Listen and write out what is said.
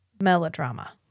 Melodrama